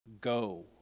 go